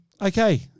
Okay